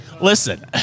Listen